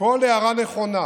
וכל הערה נכונה